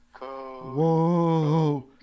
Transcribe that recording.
Whoa